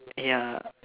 ya